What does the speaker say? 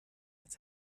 its